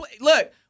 Look